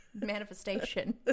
Manifestation